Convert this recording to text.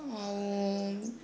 ଆଉ